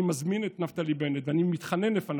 אני מזמין את נפתלי בנט ואני מתחנן לפניו: